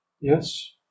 Yes